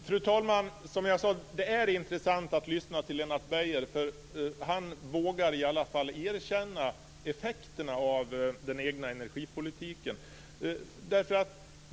Fru talman! Som jag sade tidigare är det intressant att lyssna till Lennart Beijer. Han vågar i alla fall erkänna effekterna av den egna energipolitiken.